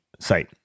site